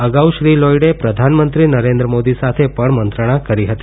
અગાઉ શ્રી લોઇડે પ્રધાનમંત્રી નરેન્દ્ર મોદી સાથે પણ મંત્રણા કરી હતી